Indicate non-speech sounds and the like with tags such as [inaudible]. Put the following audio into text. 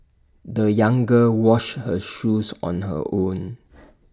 the young girl washed her shoes on her own [noise]